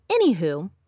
Anywho